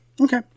Okay